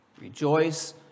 Rejoice